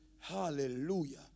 Hallelujah